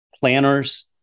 planners